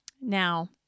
Now